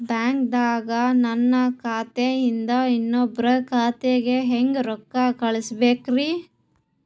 ಬ್ಯಾಂಕ್ದಾಗ ನನ್ ಖಾತೆ ಇಂದ ಇನ್ನೊಬ್ರ ಖಾತೆಗೆ ಹೆಂಗ್ ರೊಕ್ಕ ಕಳಸಬೇಕ್ರಿ?